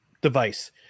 device